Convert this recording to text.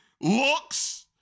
looks